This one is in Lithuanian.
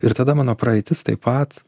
ir tada mano praeitis taip pat